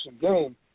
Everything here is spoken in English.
game